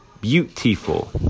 beautiful